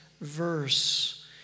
verse